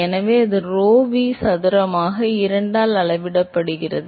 எனவே அது rho V சதுரமாக 2 ஆல் அளவிடப்படுகிறது